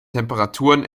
temperaturen